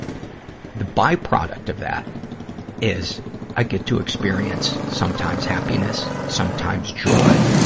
the byproduct of that is i get to experience sometimes happiness, sometimes joy,